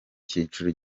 cyiciro